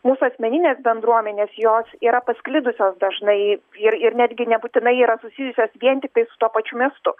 mūsų asmeninės bendruomenės jos yra pasklidusios dažnai ir ir netgi nebūtinai yra susijusios vien tiktai su tuo pačiu miestu